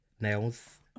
nails